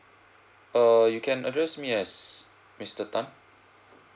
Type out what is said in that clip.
err you can address me as mister tan